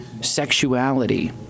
sexuality